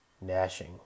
gnashing